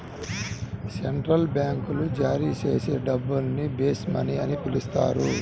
central బ్యాంకులు జారీ చేసే డబ్బుల్ని బేస్ మనీ అని పిలుస్తారు